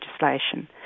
legislation